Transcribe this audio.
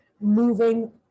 moving